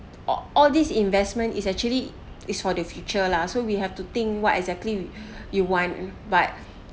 or all this investment is actually is for the future lah so we have to think what exactly you want but